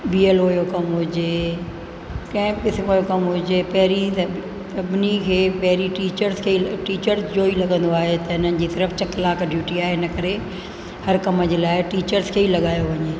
B L O यो कमु हुजे कंहिं बि क़िस्म जो कमु हुजे पहिरीं त सभिनी खां पहिरीं टीचर्स खे ई टीचर्स जो ई लॻंदो आहे त हिननि जी सिर्फ़ु च कलाकु ड्यूटी आहे इन करे हर कम जे लाइ टीचर्स खे ई लॻायो वञे